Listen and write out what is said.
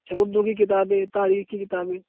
اچھا اردو کی کتابیں تاریخ کی کتابیں